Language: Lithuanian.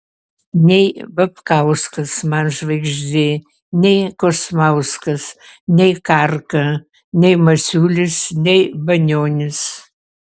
nei babkauskas man žvaigždė nei kosmauskas nei karka nei masiulis nei banionis